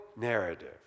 narrative